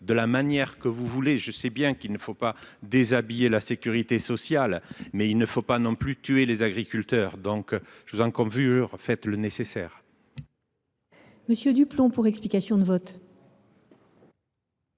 de la manière que vous voudrez ! Je sais bien qu’il ne faut pas déshabiller la sécurité sociale, mais il ne faut pas non plus tuer les agriculteurs. Je vous en conjure : faites le nécessaire